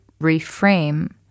reframe